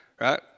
right